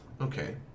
Okay